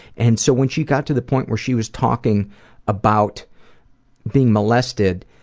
and so when she got to the point where she was talking about being molested,